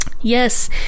Yes